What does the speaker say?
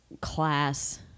class